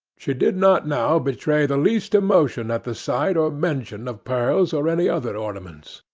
she did not now betray the least emotion at the sight or mention of pearls or any other ornaments.